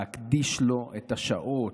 להקדיש לו את השעות,